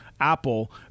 apple